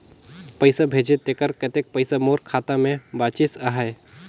पइसा भेजे तेकर कतेक पइसा मोर खाता मे बाचिस आहाय?